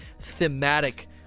thematic